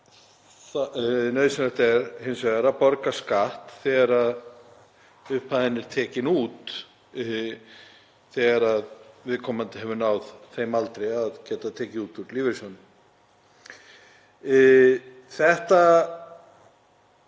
nauðsynlegt að borga skatt þegar upphæðin er tekin út, þegar viðkomandi hefur náð þeim aldri að geta tekið út úr lífeyrissjóðunum. Þetta